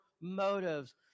motives